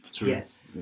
Yes